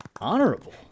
Honorable